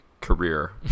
career